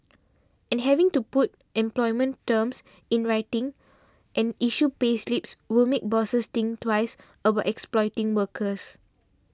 and having to put employment terms in writing and issue payslips will make bosses think twice about exploiting workers